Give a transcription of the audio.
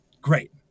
Great